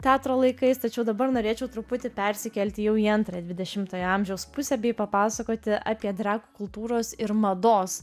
teatro laikais tačiau dabar norėčiau truputį persikelti jau į antrą dvidešimtojo amžiaus pusę bei papasakoti apie drag kultūros ir mados